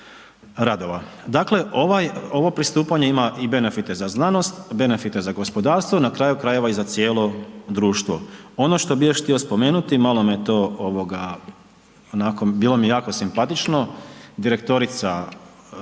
ovaj, ovo pristupanje ima i benefite za znanost, benefite za gospodarstvo na kraju krajeva i za cijelo društvo. Ono što bi još htio spomenuti, malo me to ovoga, onako bilo mi je jako simpatično, direktorica CERN-a